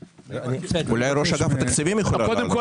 אולי ראש אגף התקציבים יכולה לענות.